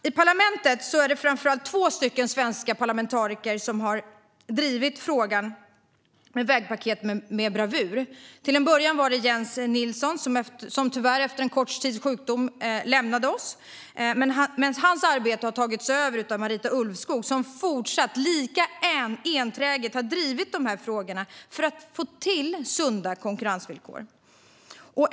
I parlamentet är det framför allt två svenska parlamentariker som drivit frågan om vägpaketet med bravur. Till en början var det Jens Nilsson, som tyvärr efter en kort tids sjukdom lämnade oss. Hans arbete har tagits över av Marita Ulvskog, som har fortsatt att lika enträget driva frågorna för att få till sunda konkurrensvillkor.